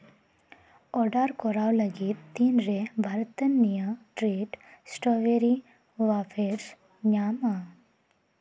order ᱠᱚᱨᱟᱣ ᱞᱟᱹᱜᱤᱫ ᱛᱤᱱ ᱨᱮ ᱵᱷᱟᱨᱛᱟᱱᱤᱭᱟᱹ ᱴᱨᱮᱹᱴ ᱥᱴᱚᱵᱮᱨᱤ ᱚᱣᱯᱷᱮᱥ ᱧᱟᱢᱼᱟ